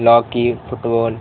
hockey foot ball